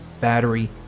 battery